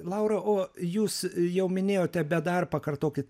laura o jūs jau minėjote bet dar pakartokit